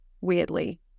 weirdly